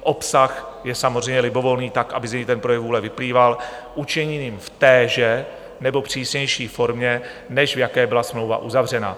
Obsah je samozřejmě libovolný tak, aby z něj ten projev vůle vyplýval, učiněný v téže nebo přísnější formě, než v jaké byla smlouva uzavřena.